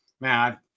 man